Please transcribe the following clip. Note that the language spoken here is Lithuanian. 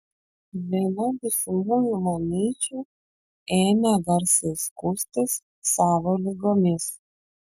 viena būsimųjų mamyčių ėmė garsiai skųstis savo ligomis